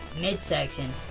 midsection